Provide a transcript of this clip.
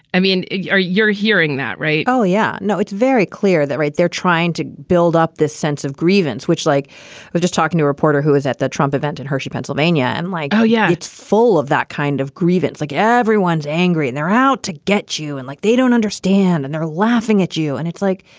i mean, you're you're hearing that, right? oh, yeah. no, it's very clear that. right. they're trying to build up this sense of grievance, which like they're just talking to reporter who is at the trump event in hershey, pennsylvania. and like, oh, yeah, it's full of that kind of grievance. like, everyone's angry. they're out to get you. and like, they don't understand and they're laughing at you. and it's like,